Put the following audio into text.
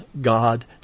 God